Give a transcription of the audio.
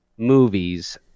Movies